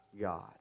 God